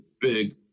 big